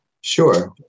sure